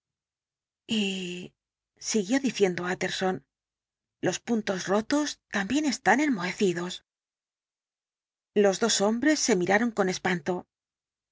siguió diciendo utterson los puntos rotos también están enmohecidos los dos hombres se miraron con espanto